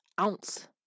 ounce